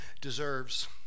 deserves